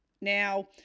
Now